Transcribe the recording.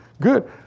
good